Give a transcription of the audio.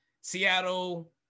Seattle